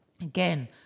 again